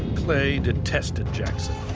clay detested jackson.